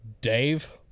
Dave